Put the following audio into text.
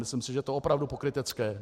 Myslím si, že je to opravdu pokrytecké.